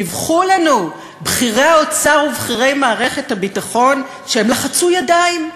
דיווחו לנו בכירי האוצר ובכירי מערכת הביטחון שהם לחצו ידיים,